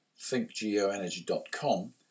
thinkgeoenergy.com